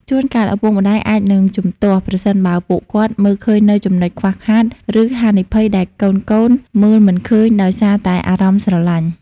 ជួនកាលឪពុកម្ដាយអាចនឹងជំទាស់ ប្រសិនបើពួកគាត់មើលឃើញនូវចំណុចខ្វះខាត ឬហានិភ័យដែលកូនៗមើលមិនឃើញដោយសារតែអារម្មណ៍ស្រឡាញ់។